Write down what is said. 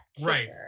Right